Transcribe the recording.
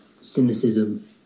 cynicism